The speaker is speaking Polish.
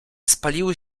spaliły